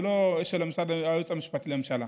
ולא של משרד היועץ המשפטי לממשלה.